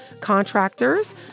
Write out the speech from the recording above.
contractors